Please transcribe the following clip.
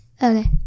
Okay